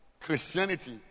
Christianity